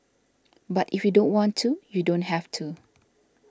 but if you don't want to you don't have to